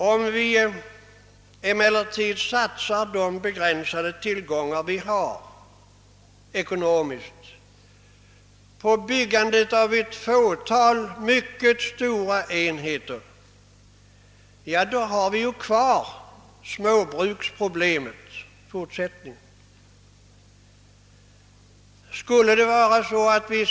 Om vi emellertid satsar våra begränsade ekonomiska tillgångar på byggandet av ett fåtal mycket stora enheter, kvarstår ju ändå problemet med småbruken i fortsättningen.